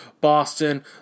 Boston